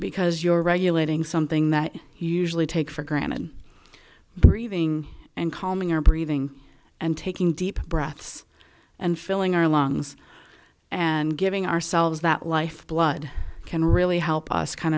because you're regulating something that you usually take for granted breathing and calming our breathing and taking deep breaths and filling our lungs and giving ourselves that life blood can really help us kind